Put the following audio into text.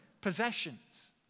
possessions